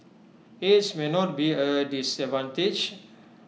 age may not be A disadvantage